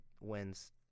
wins